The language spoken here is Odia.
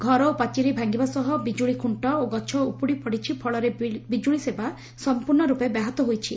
ଘର ଓ ପାଚେରି ଭାଗିବା ସହ ବିଜୁଳି ଖୁକ୍ଷ ଓ ଗଛ ଉପୁଡ଼ି ପଡ଼ିଛି ଫଳରେ ବିଜୁଳି ସେବା ସଂପ୍ରର୍ଷ ର୍ପେ ବ୍ୟାହତ ହୋଇଛି